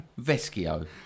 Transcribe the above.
Veschio